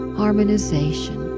harmonization